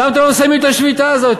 למה אתם לא מסיימים את השביתה הזאת?